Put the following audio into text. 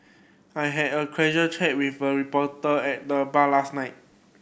I had a casual chat with a reporter at the bar last night